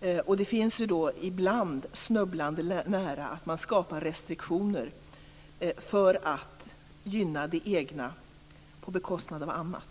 Det är ibland snubblande nära att man skapar restriktioner för att gynna det egna på bekostnad av annat.